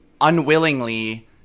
unwillingly